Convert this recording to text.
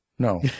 No